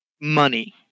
money